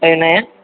five nine